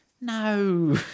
No